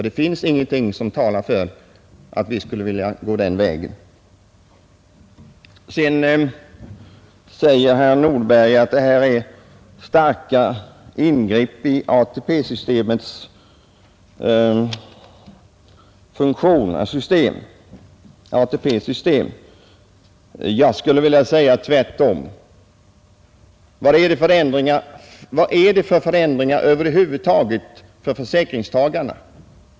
Det finns inget som talar för att vi skulle vilja gå den vägen. Sedan säger herr Nordberg att detta innebär starka ingrepp i ATP-systemet. Jag skulle vilja säga tvärtom. Vad blir det för förändringar över huvud taget för försäkringstagarna?